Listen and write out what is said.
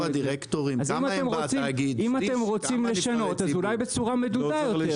אז אם אתם רוצים לשנות אז אולי בצורה מדודה יותר.